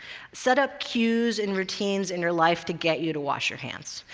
set up cues and routines in your life to get you to wash your hands.